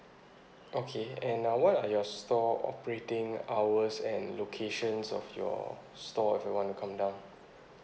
okay and uh what are your store operating hours and locations of your store if I want to come down